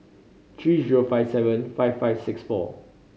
three zero five seven five five six four